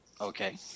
Okay